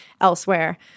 elsewhere